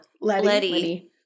Letty